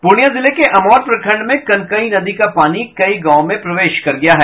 पूर्णियां जिले के अमौर प्रखंड में कनकई नदी का पानी कई गांव में प्रवेश कर गया है